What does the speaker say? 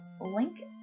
link